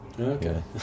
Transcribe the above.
Okay